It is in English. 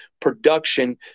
production